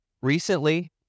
Recently